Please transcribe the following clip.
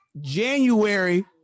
January